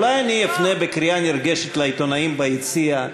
אולי אפנה בקריאה נרגשת לעיתונאים ביציע,